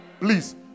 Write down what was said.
Please